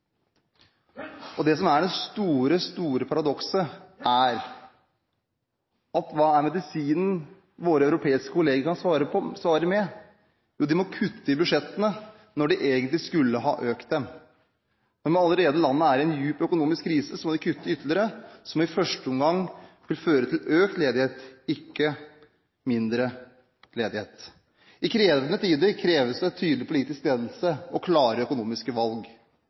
i. Det som er det store, store paradokset, er den medisinen våre europeiske kolleger må svare med: De må kutte i budsjettene når de egentlig skulle ha økt dem. Når landene allerede er i en dyp økonomisk krise, må de kutte ytterligere, noe som i første omgang vil føre til økt ledighet, ikke mindre. I krevende tider kreves det tydelig politisk ledelse og klare økonomiske valg.